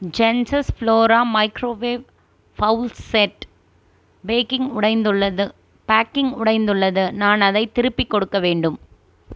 ஜென்ஸஸ் flora microwave bowl set packing உடைந்துள்ளது packing உடைந்துள்ளது நான் அதைத் திருப்பிக் கொடுக்க வேண்டும்